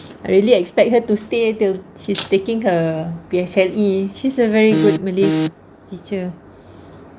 I really expect her to stay till she's taking her P_S_L_E she's a very good malay teacher